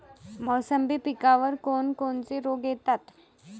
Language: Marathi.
मोसंबी पिकावर कोन कोनचे रोग येतात?